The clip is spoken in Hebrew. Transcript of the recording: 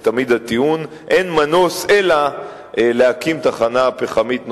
וזה תמיד הטיעון, אלא להקים תחנה פחמית נוספת,